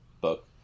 book